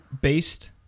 based